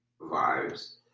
vibes